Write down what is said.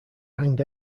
hanged